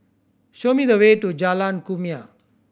show me the way to Jalan Kumia